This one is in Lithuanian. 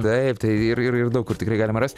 taip tai ir ir daug kur tikrai galima rast